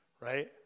Right